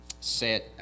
set